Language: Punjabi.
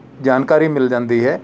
ਜਾਣਕਾਰੀ ਮਿਲ ਜਾਂਦੀ ਹੈ